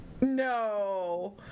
No